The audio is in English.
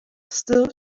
still